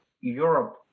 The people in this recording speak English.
Europe